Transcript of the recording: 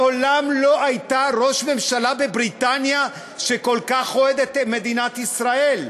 מעולם לא הייתה ראש ממשלה בבריטניה שכל כך אוהדת את מדינת ישראל,